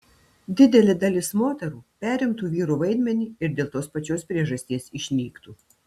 didelė dalis moterų perimtų vyrų vaidmenį ir dėl tos pačios priežasties išnyktų